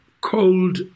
cold